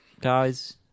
Guys